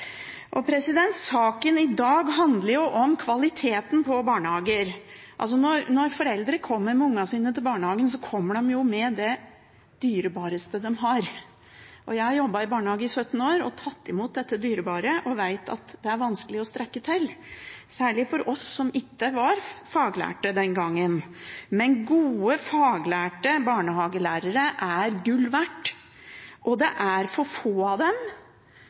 Saken i dag handler om kvaliteten på barnehager. Når foreldre kommer med ungene sine til barnehagen, kommer de med det mest dyrebare de har. Jeg har jobbet i barnehage i 17 år, tatt imot dette dyrebare og vet at det er vanskelig å strekke til, særlig for oss som ikke var faglærte den gangen. Men gode, faglærte barnehagelærere er gull verdt, det er for få av dem,